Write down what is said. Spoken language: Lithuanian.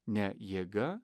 ne jėga